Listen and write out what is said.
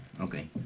Okay